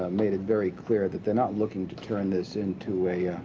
um made it very clear that they're not looking to turn this into a, ah,